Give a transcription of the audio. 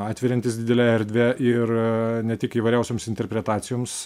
atveriantis didelę erdvę ir ne tik įvairiausioms interpretacijoms